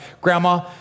grandma